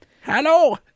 Hello